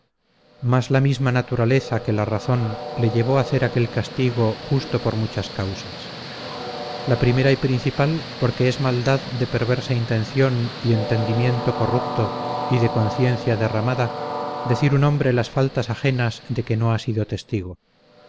mas la misma naturaleza que la razón le llevó a hacer aquel castigo justo por muchas causas la primera y principal porque es maldad de perversa intención y entendimiento corrupto y de conciencia derramada decir un hombre las faltas ajenas de que no ha sido testigo